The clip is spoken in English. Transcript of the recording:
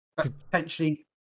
Potentially